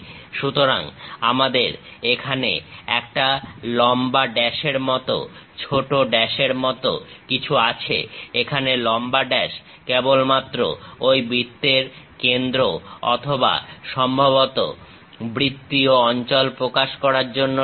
সুতরাং আমাদের এখানে একটা লম্বা ড্যাশের মত ছোট ড্যাশের মত কিছু আছে এখানে লম্বা ড্যাশ কেবলমাত্র ঐ বৃত্তের কেন্দ্র অথবা সম্ভবত বৃত্তীয় অঞ্চল প্রকাশ করার জন্য রয়েছে